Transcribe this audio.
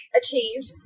achieved